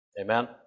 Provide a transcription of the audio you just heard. Amen